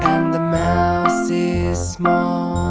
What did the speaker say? the mouse is small